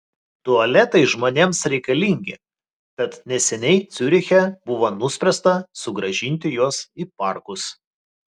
tualetai žmonėms reikalingi tad neseniai ciuriche buvo nuspręsta sugrąžinti juos į parkus